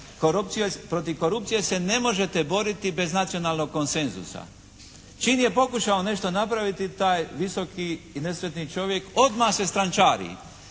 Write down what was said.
Protiv korupcije se ne možete boriti bez nacionalnog konsenzusa. Čim je pokušao nešto napraviti taj visoki i nesretni čovjek odmah se strančari